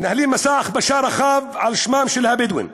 מנהלים מסע הכפשה רחב על שמם של הבדואים,